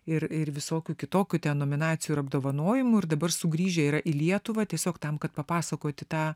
ir ir visokių kitokių ten nominacijų ir apdovanojimų ir dabar sugrįžę yra į lietuvą tiesiog tam kad papasakoti tą